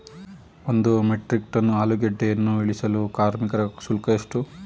ಒಂದು metric ton ಆಲೂಗೆಡ್ಡೆಯನ್ನು ಇಳಿಸಲು ಕಾರ್ಮಿಕ ಶುಲ್ಕ ಎಷ್ಟು?